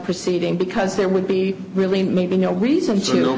proceeding because there would be really maybe no reason to